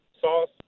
sauce